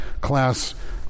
class